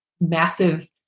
massive